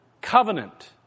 Covenant